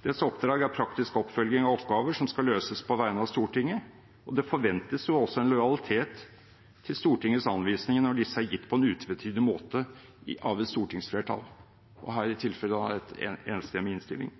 Deres oppdrag er praktisk oppfølging av oppgaver som skal løses på vegne av Stortinget. Det forventes også en lojalitet til Stortingets anvisninger når disse er gitt på en utvetydig måte av et stortingsflertall, i dette tilfellet en enstemmig innstilling.